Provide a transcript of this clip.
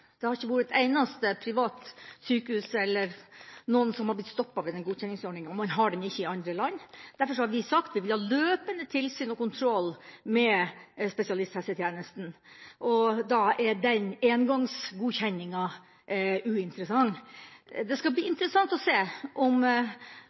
Det har ikke vært et eneste privat sykehus eller noen private som har blitt stoppet av denne godkjenningsordninga, og man har den ikke i andre land. Derfor har vi sagt at vi vil ha løpende tilsyn og kontroll med spesialisthelsetjenesten. Da er engangsgodkjenninga uinteressant. Det skal bli